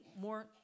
more